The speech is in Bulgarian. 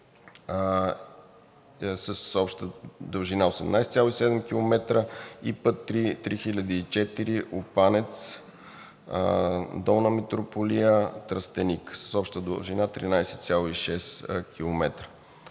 с обща дължина 18,7 км; и път III 3004 Опанец – Долна Митрополия – Тръстеник с обща дължина 13,6 км.